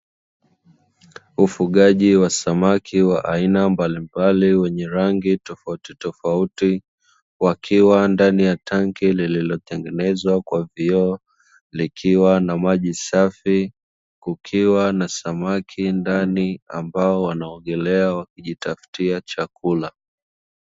Ufugaji wa samaki wa aina mbalimbali wenye rangi tofautitofauti, wakiwa ndani ya tanki lililotengenezwa kwa vioo likiwa na maji safi, kukiwa na samaki ndani ambao wanaogelea wakijatafutia chakula.